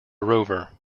rover